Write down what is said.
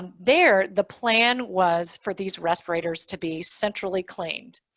there the plan was for these respirators to be centrally cleaned.